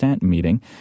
meeting